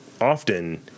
often